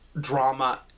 drama